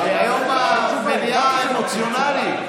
היום המליאה אמוציונלית.